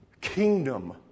kingdom